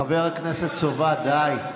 חבר הכנסת סובה, די.